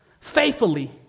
faithfully